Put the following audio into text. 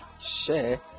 share